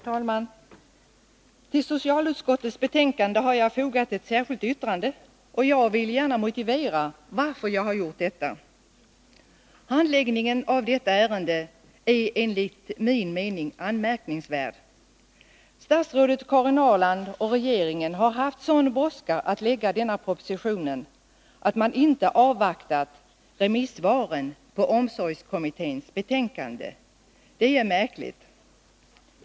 Herr talman! Till socialutskottets betänkande har jag fogat ett särskilt yttrande, och jag vill gärna motivera varför jag har gjort detta. Handläggningen av detta är enligt min mening anmärkningsvärd. Statsrå Nr 41 det Karin Ahrland och regeringen har haft sådan brådska med att lägga fram denna proposition att man inte har avvaktat remissvaren på omsorgskommitténs betänkande. Detta är märkligt.